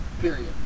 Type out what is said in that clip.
Period